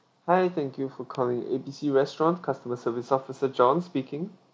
hi thank you for calling A B C restaurant customer service officer john speaking